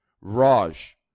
Raj